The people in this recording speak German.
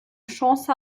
chance